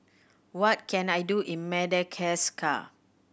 what can I do in Madagascar